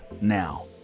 now